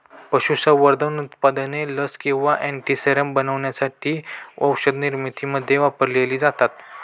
पशुसंवर्धन उत्पादने लस किंवा अँटीसेरम बनवण्यासाठी औषधनिर्मितीमध्ये वापरलेली जातात